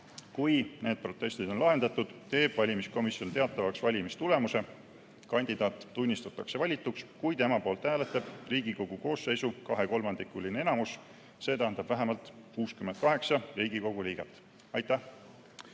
Kui need protestid on lahendatud, teeb valimiskomisjon teatavaks valimistulemuse. Kandidaat tunnistatakse valituks, kui tema poolt hääletab Riigikogu koosseisu kahekolmandikuline enamus, st vähemalt 68 Riigikogu liiget. Aitäh!